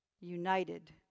united